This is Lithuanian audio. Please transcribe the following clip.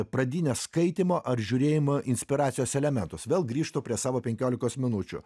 pradinės skaitymo ar žiūrėjimo inspiracijos elementas vėl grįžtu prie savo penkiolikos minučių